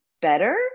better